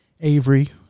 Avery